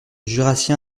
jurassien